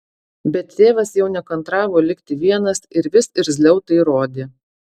bet tėvas jau nekantravo likti vienas ir vis irzliau tai rodė